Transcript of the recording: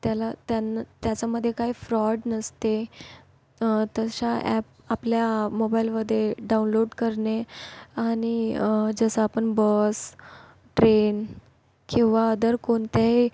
त्याला त्यांना त्याच्यामध्ये काही फ्रॉड नसते तशा ॲप आपल्या मोबाईलमध्ये डाऊनलोड करणे आणि जसा आपण बस ट्रेन किंवा अदर कोणत्याही